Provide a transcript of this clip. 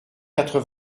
quatre